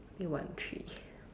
year one three